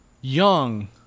young